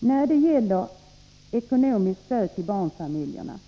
När det gäller ekonomiskt stöd till barnfamiljer